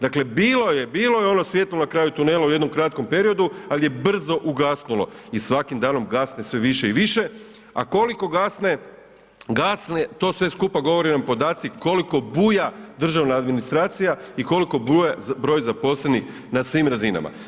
Dakle, bilo je, bilo je ono svijetlo na kraju tunela u jednom kratkom periodu ali je brzo ugasnulo i svakim danom gasne sve više i više, a koliko gasne, gasne to sve skupa govore vam podaci koliko buja državna administracija i koliko buja broj zaposlenim na svim razinama.